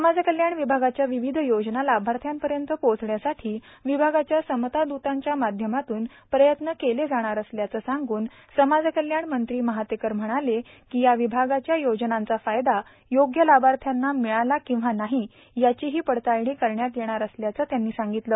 समाजकल्याण विभागाच्या विविध योजना लाभार्थ्यांपर्यंत पोहोचण्यासाठी विभागाच्या समताद्रतांच्या माध्यमातून प्रयत्न केले जाणार असल्याचं सांगून समाजकल्याण मंत्री महातेकर म्हणाले की या विभागाच्या योजनांचा फायदा योग्य लाभार्थींना मिळाला किंवा नाही याचीही पडताळणी करण्यात येणार असल्याचं त्यांनी सांगितलं